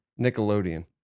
Nickelodeon